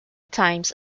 times